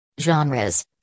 Genres